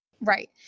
Right